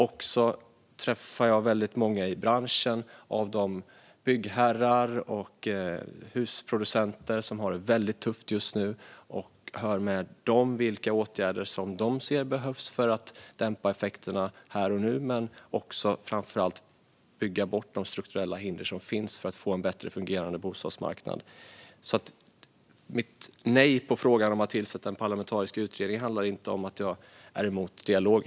Jag träffar också väldigt många i branschen av de byggherrar och husproducenter som har det tufft just nu och hör med dem vilka åtgärder de ser behövs för att dämpa effekterna här och nu men framför allt bygga bort de strukturella hinder som finns för att få en bättre fungerande bostadsmarknad. Att jag svarar nej på frågan om att tillsätta en parlamentarisk utredning handlar alltså inte om att jag är emot dialog.